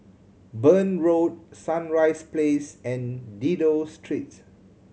Burn Road Sunrise Place and Dido Street